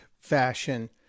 fashion